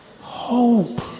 hope